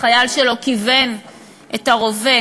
החייל שלו כיוון את הרובה